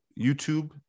youtube